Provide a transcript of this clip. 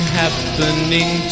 happening